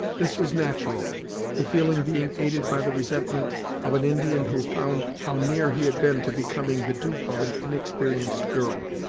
this was natural the feeling being aided by the resentment of an indian who found how near he had been to becoming the dupe of an inexperienced girl.